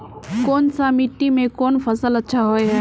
कोन सा मिट्टी में कोन फसल अच्छा होय है?